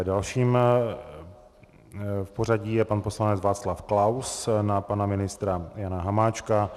Dalším v pořadí je pan poslanec Václav Klaus na pana ministra Jana Hamáčka.